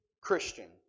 Christian